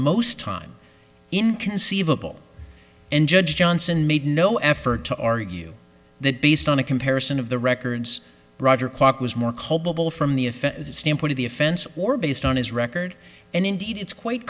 most time inconceivable and judge johnson made no effort to argue that based on a comparison of the records roger clark was more culpable from the standpoint of the offense or based on his record and indeed it's quite